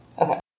Okay